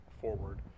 forward